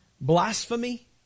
Blasphemy